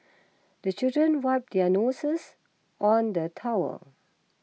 the children wipe their noses on the towel